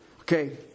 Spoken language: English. Okay